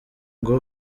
ngo